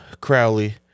Crowley